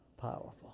powerful